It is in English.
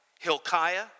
Hilkiah